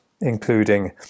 including